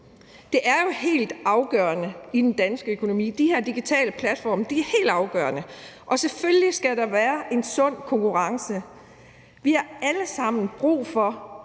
er jo helt afgørende i den danske økonomi, og selvfølgelig skal der være en sund konkurrence. Vi har alle sammen brug for